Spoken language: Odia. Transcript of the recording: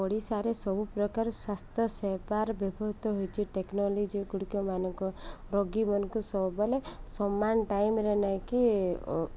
ଓଡ଼ିଶାରେ ସବୁପ୍ରକାର ସ୍ୱାସ୍ଥ୍ୟ ସେବାର ବ୍ୟବହୃତ ହୋଇଛି ଟେକ୍ନୋଲୋଜିଗୁଡ଼ିକମାନଙ୍କ ରୋଗୀମାନମାନଙ୍କୁ ସବୁବେଲେ ସମାନ ଟାଇମ୍ରେ ନେଇକି